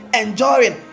Enjoying